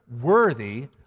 worthy